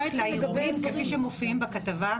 האם הם מתכחשים לאירועים כפי שמופיעים בכתבה?